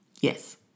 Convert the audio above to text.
yes